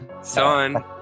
son